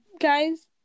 guys